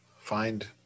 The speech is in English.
find